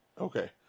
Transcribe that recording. Okay